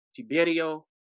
Tiberio